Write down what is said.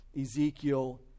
Ezekiel